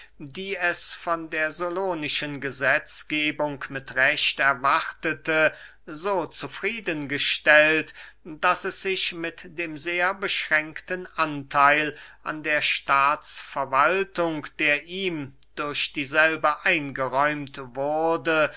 die es von der solonischen gesetzgebung mit recht erwartete so zufrieden gestellt daß es sich mit dem sehr beschränkten antheil an der staatsverwaltung der ihm durch dieselbe eingeräumt wurde